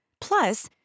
Plus